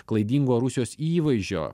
klaidingo rusijos įvaizdžio